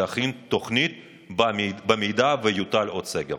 להכין תוכנית למקרה שיוטל עוד סגר.